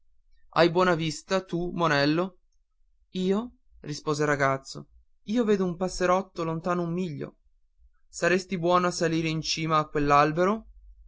hai buona vista tu monello io rispose il ragazzo io vedo un passerotto lontano un miglio saresti buono a salire in cima a